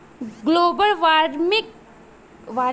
global warming के कारण पेड़ के कटाई आ प्रदूषण बावे